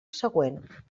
següent